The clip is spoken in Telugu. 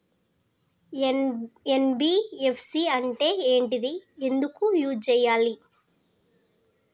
ఎన్.బి.ఎఫ్.సి అంటే ఏంటిది ఎందుకు యూజ్ చేయాలి?